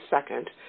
second